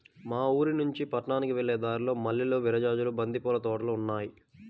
మా ఊరినుంచి పట్నానికి వెళ్ళే దారిలో మల్లెలు, విరజాజులు, బంతి పూల తోటలు ఉన్నాయ్